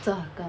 这个